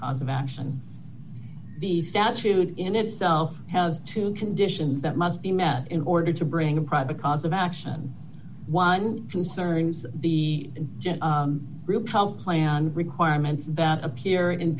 cause of action the statute in itself has two conditions that must be met in order to bring a product cause of action one concerns the group health plan requirements that appear in